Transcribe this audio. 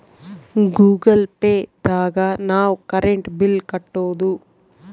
Google pay ದಾಗ ನಾವ್ current bill ಕಟ್ಟೋದು